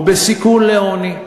או בסיכון לעוני.